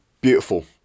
beautiful